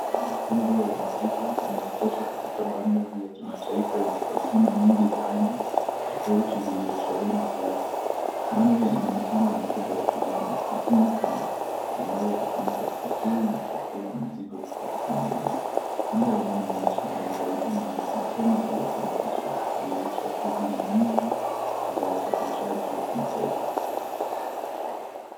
Meli kubwa ya mizigo imeegeshwa katika bandari yakimataifa yenye konteina nyingi za rangi tofauti zilizosheheni juu yake. Bandari ina mitambo mikubwa ya kijani konteina crane ambayo hutumika kupakia na kupakua mizigo kutoka kwenye meli. Mandhari ya nyuma inaonesha meli zaidi na makonteina yaliyopangwa vizuri ikidhihirisha shughuli nyingi za usafirishaji wa kimataifa.